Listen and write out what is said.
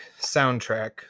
soundtrack